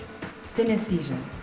Synesthesia